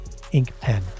Inkpen